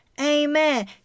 Amen